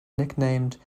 nicknamed